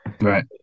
Right